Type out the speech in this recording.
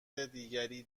دیگری